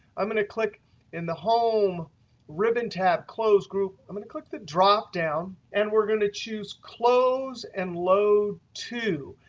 i'm going to click in the home ribbon tab, close group. i'm going to click the dropdown, and we're going to choose close and load two.